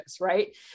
right